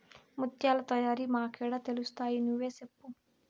ముత్యాల తయారీ మాకేడ తెలుస్తయి నువ్వే సెప్పు